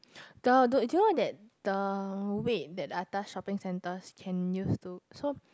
the do do you know that the wait that atas shopping centres can use too so